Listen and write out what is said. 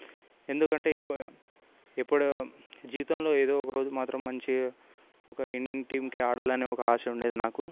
ఎందుకంటే ఇప్పుడే ఇప్పుడు జీవితంలో ఏదో ఒక రోజు మాత్రం మంచి ఒక ఇండియన్ టీమ్కి ఆడాలని ఒక ఆశ ఉండేది నాకు